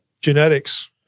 genetics